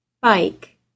bike